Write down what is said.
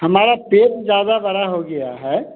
हमारा पेट ज़्यादा बड़ा हो गया है